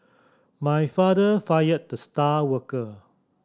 my father fired the star worker